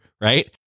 right